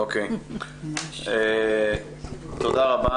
תודה רבה.